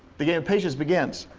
the game of patience begins.